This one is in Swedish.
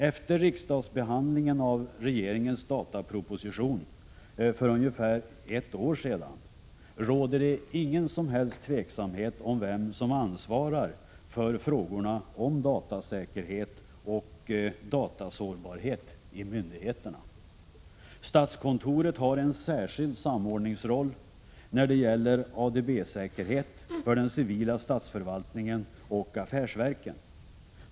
Efter riksdagsbehandlingen av regeringens dataproposition för ungefär ett år sedan råder det inget som helst tvivel om vem som ansvarar för frågorna om datasäkerhet och datasårbarhet i myndigheterna. Statskontoret har en särskild samordningsroll när det gäller ADB-säkerhet för den civila statsförvaltningen och affärsverken.